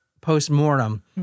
post-mortem